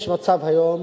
יש היום